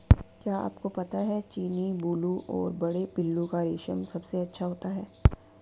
क्या आपको पता है चीनी, बूलू और बड़े पिल्लू का रेशम सबसे अच्छा होता है?